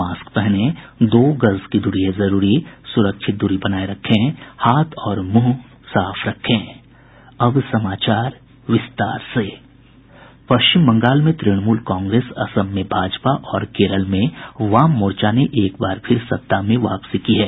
mask पहनें दो गज दूरी है जरूरी सुरक्षित दूरी बनाये रखें हाथ और मुंह साफ रखें पश्चिम बंगाल में तृणमूल कांग्रेस असम में भाजपा और केरल में वाम मोर्चा ने एक बार फिर सत्ता में वापसी की है